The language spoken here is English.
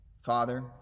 Father